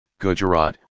Gujarat